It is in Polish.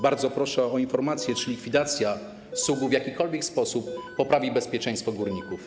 Bardzo proszę o informację, czy likwidacja SUG w jakikolwiek sposób poprawi bezpieczeństwo górników.